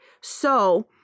So-